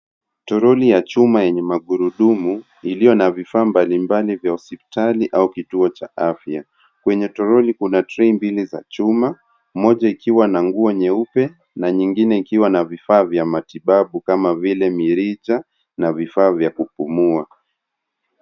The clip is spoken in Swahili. Toroli ya chuma yenye magurudumu, iliyo na vifaa mbali mbali vya hospitali au kituo cha afya. Kwnye toroli kuna trei mbili za chuma, moja ikiwa na nguo nyeupe , na nyingine ikiwa na vifaa vya matibabu, kama vile mirija na vifaa vya kupumua.